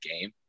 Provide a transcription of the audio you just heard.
game